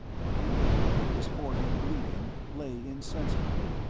but ringg, his forehead bleeding, lay insensible.